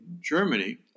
Germany